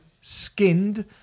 Skinned